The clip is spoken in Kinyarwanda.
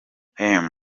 heman